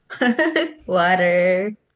Water